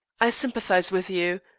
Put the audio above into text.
i sympathize with you,